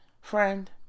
Friend